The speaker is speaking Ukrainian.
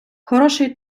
хороший